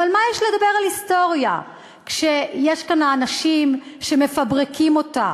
אבל מה יש לדבר על היסטוריה כשיש כמה אנשים שמפברקים אותה?